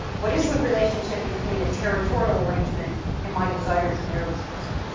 what is the relationship between a territorial arrangement and my desire to marry this person?